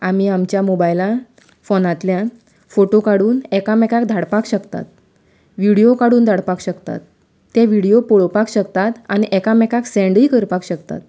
आमी आमच्या मोबायला फोनांतल्यान फोटो काडून एकामेकांक धाडपाक शकतात विडियो काडून धाडपाक शकतात ते विडियो पळोवपाक शकतात आनी एकामेकाक सेंडय करपाक शकतात